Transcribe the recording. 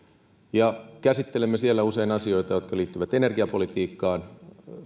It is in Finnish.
ja käsittelemme siellä usein asioita jotka liittyvät energiapolitiikkaan